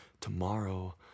Tomorrow